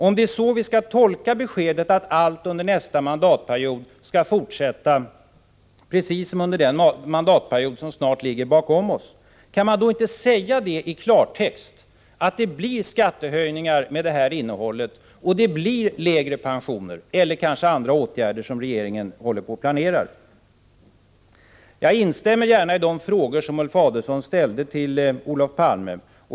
Om det är så vi skall tolka beskedet att allt under nästa mandatperiod kommer att fortsätta precis som under den mandatperiod som snart ligger bakom oss, kan man då inte i klartext säga att det blir skattehöjningar med det här innehållet, lägre pensioner, eller möjligen andra åtgärder som regeringen planerar? Jag instämmer i de frågor som Ulf Adelsohn ställde till Olof Palme.